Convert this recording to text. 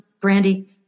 Brandy